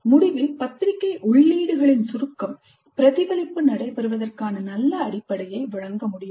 முடிவில் பத்திரிகை உள்ளீடுகளின் சுருக்கம் பிரதிபலிப்பு நடைபெறுவதற்கான நல்ல அடிப்படையை வழங்க முடியும்